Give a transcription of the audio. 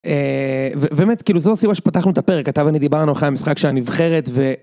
ובאמת כאילו זו הסיבה שפתחנו את הפרק, אתה ואני דיברנו אחרי המשחק שהנבחרת ו...